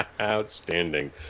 Outstanding